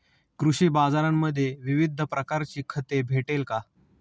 कृषी बाजारांमध्ये विविध प्रकारची खते भेटेल का?